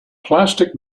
plastic